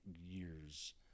years